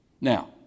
Now